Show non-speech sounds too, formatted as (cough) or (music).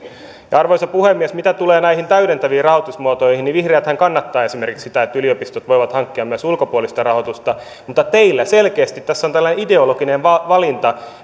arvoisa puhemies mitä tulee näihin täydentäviin rahoitusmuotoihin niin vihreäthän kannattavat esimerkiksi sitä että yliopistot voivat hankkia myös ulkopuolista rahoitusta mutta teillä selkeästi tässä on tällainen ideologinen valinta (unintelligible)